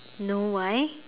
no why